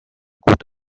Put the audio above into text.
gut